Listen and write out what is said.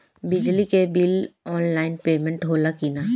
बिजली के bill online payment होला कि ना?